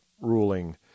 ruling